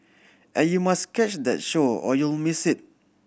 and you must catch that window or you'll miss it